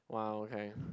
!wow! okay